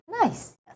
Nice